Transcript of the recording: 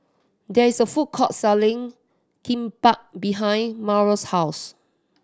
there is a food court selling Kimbap behind Mario's house